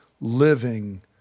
living